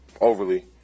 Overly